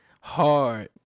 Hard